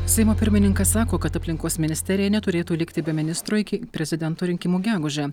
seimo pirmininkas sako kad aplinkos ministerija neturėtų likti be ministro iki prezidento rinkimų gegužę